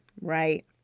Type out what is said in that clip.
right